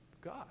God